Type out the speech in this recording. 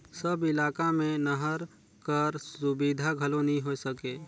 सब इलाका मे नहर कर सुबिधा घलो नी होए सके